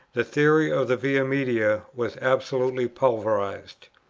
the theory of the via media was absolutely pulverized.